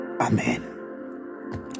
amen